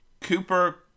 Cooper